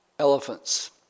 elephants